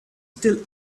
still